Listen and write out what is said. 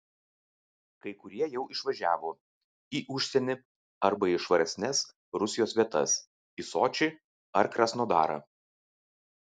kai kurie jau išvažiavo į užsienį arba į švaresnes rusijos vietas į sočį ar krasnodarą